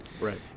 Right